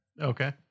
Okay